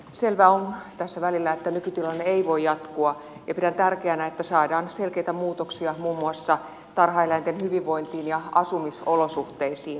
selvää on tässä välillä että nykytilanne ei voi jatkua ja pidän tärkeänä että saadaan selkeitä muutoksia muun muassa tarhaeläinten hyvinvointiin ja asumisolosuhteisiin